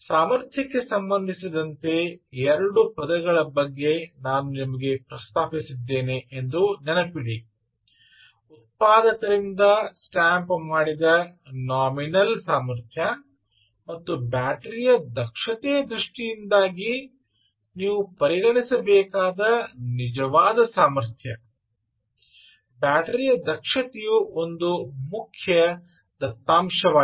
ಸಾಮರ್ಥ್ಯಕ್ಕೆ ಸಂಬಂಧಿಸಿದಂತೆ ಎರಡು ಪದಗಳ ಬಗ್ಗೆ ನಾನು ನಿಮಗೆ ಪ್ರಸ್ತಾಪಿಸಿದ್ದೇನೆ ಎಂದು ನೆನಪಿಡಿ ಉತ್ಪಾದಕರಿಂದ ಸ್ಟ್ಯಾಂಪ್ ಮಾಡಿದ ನಾಮಿನಲ್ ಸಾಮರ್ಥ್ಯ ಮತ್ತು ಬ್ಯಾಟರಿಯ ದಕ್ಷತೆಯ ದೃಷ್ಟಿಯಿಂದಾಗಿ ನೀವು ಪರಿಗಣಿಸಬೇಕಾದ ನಿಜವಾದ ಸಾಮರ್ಥ್ಯ ಬ್ಯಾಟರಿ ದಕ್ಷತೆಯು ಒಂದು ಮುಖ್ಯ ದತ್ತಾಂಶವಾಗಿದೆ